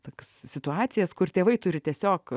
toks situacijas kur tėvai turi tiesiog